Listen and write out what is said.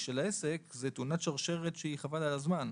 של העסק, זאת תאונת שרשרת שחבל על הזמן.